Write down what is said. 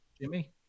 Jimmy